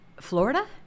Florida